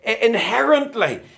inherently